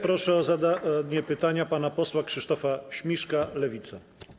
Proszę o zadanie pytania pana posła Krzysztofa Śmiszka, Lewica.